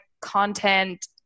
content